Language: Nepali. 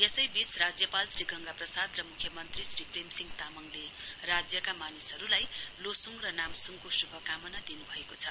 यसैवीच राज्यपाल श्री गंगा प्रसाद र मुख्यमन्त्री श्री प्रेमसिंह तामङले राज्यका मानिसहरुलाई लोसुङ र नाम्सूङको शुभकामना दिनुभएको छ